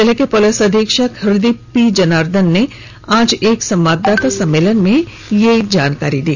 जिले के पुलिस अधीक्षक हृदीप पी जनार्दनन ने आज एक संवाददाता सम्मलेन में यह जानकारी दी